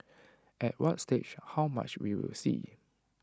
at what stage how much we will see